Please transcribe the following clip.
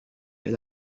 إلى